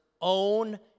own